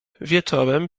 wieczorem